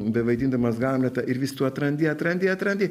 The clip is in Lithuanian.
bevaidindamas hamletą ir vis tu atrandi atrandi atrandi